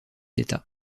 état